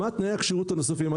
מה תנאי הכשירות הנוספים?